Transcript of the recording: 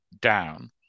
down